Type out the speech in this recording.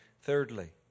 Thirdly